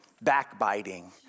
backbiting